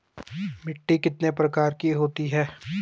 मिट्टी कितने प्रकार की होती है?